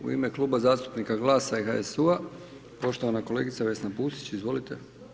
U ime Kluba zastupnika GLAS-a i HSU-a, poštovana kolegica Vesna Pusić, izvolite.